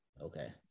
okay